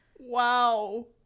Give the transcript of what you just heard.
wow